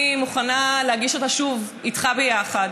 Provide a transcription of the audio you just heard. אני מוכנה להגיש אותה שוב יחד